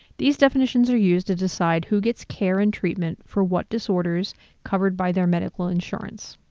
these definitions are used to decide who gets care and treatment for what disorders covered by their medical insurance.